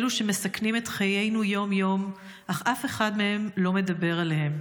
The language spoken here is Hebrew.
אלו שמסכנים את חיינו יום-יום אך אף אחד לא מדבר עליהם,